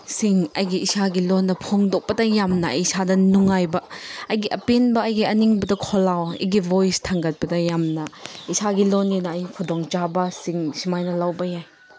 ꯁꯤꯡ ꯑꯩꯒꯤ ꯏꯁꯥꯒꯤ ꯂꯣꯟꯗ ꯐꯣꯡꯗꯣꯛꯄꯗ ꯌꯥꯝꯅ ꯑꯩ ꯏꯁꯥꯗ ꯅꯨꯡꯉꯥꯏꯕ ꯑꯩꯒꯤ ꯑꯄꯦꯟꯕ ꯑꯩꯒꯤ ꯑꯅꯤꯡꯕꯗꯣ ꯈꯣꯜꯂꯥꯎ ꯑꯩꯒꯤ ꯚꯣꯏꯁ ꯊꯥꯡꯒꯠꯄꯗ ꯌꯥꯝꯅ ꯏꯁꯥꯒꯤ ꯂꯣꯟꯅꯤꯅ ꯑꯩ ꯈꯨꯗꯣꯡꯆꯥꯕꯁꯤꯡ ꯁꯨꯃꯥꯏꯅ ꯂꯧꯕ ꯌꯥꯏ